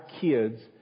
kids